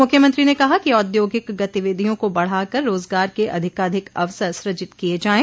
मुख्यमंत्री ने कहा कि औद्योगिक गतिविधियों को बढ़ाकर रोजगार के अधिकाधिक अवसर सृजित किए जाये